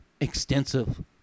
Extensive